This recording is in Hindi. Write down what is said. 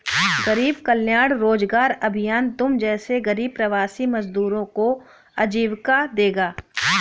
गरीब कल्याण रोजगार अभियान तुम जैसे गरीब प्रवासी मजदूरों को आजीविका देगा